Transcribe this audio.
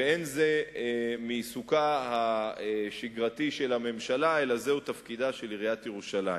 ואין זה מעיסוקה השגרתי של הממשלה אלא זהו תפקידה של עיריית ירושלים.